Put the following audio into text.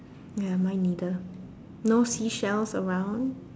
ya mine neither no seashells around